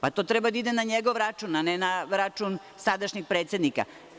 Pa, to treba da ide na njegov račun, a ne na račun sadašnjeg predsednika.